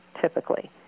typically